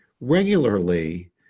regularly